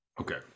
okay